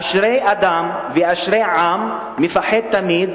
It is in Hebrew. אשרי אדם ואשרי העם מפחד תמיד,